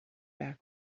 back